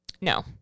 No